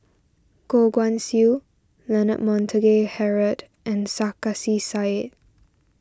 Goh Guan Siew Leonard Montague Harrod and Sarkasi Said